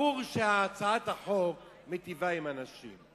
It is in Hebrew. ברור שהצעת החוק מטיבה עם הנשים.